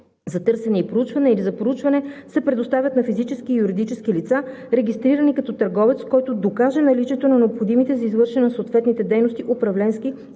за търсене и проучване или за проучване се предоставят на физически и юридически лица, регистрирани като търговец, който докаже наличието на необходимите за извършване на съответните дейности управленски